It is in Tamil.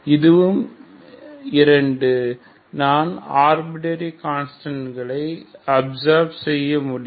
இதுவும் 2 நான் அர்பிற்டரி கான்ஸ்டாண்டின் கான்ஸ்டன்டைன் அப்சர்ப் செய்ய முடியும்